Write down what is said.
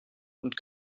und